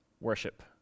worship